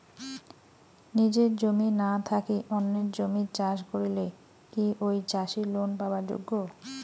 নিজের জমি না থাকি অন্যের জমিত চাষ করিলে কি ঐ চাষী লোন পাবার যোগ্য?